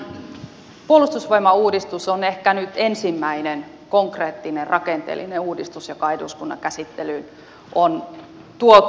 tämä puolustusvoimauudistus on ehkä nyt ensimmäinen konkreettinen rakenteellinen uudistus joka eduskunnan käsittelyyn on tuotu